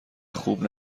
خوب